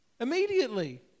Immediately